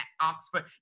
Oxford